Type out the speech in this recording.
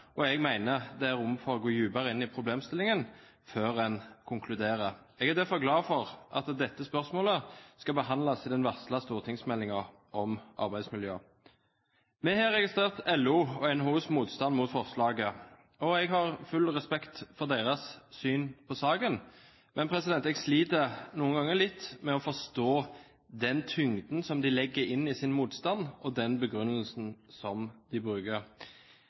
problemstillingen før en konkluderer. Jeg er derfor glad for at dette spørsmålet skal behandles i den varslede stortingsmeldingen om arbeidsmiljøet. Vi har registrert LOs og NHOs motstand mot forslaget, og jeg har full respekt for deres syn på saken. Men jeg sliter litt med å forstå den tyngden som de legger inn i sin motstand, og den begrunnelsen de bruker.